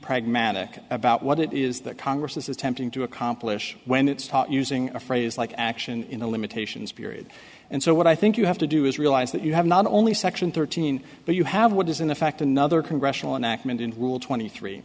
pragmatic about what it is that congress is attempting to accomplish when it's taught using a phrase like action in the limitations period and so what i think you have to do is realize that you have not only section thirteen but you have what is in the fact another can national and act meant in rule twenty three